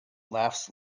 laughs